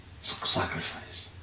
sacrifice